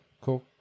cool